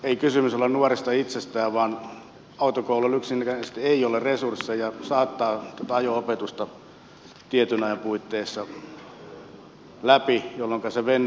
monesti kysymys ei ole nuoresta itsestään vaan autokouluilla yksinkertaisesti ei ole resursseja saattaa tätä ajo opetusta tietyn ajan puitteissa läpi jolloinka se venyy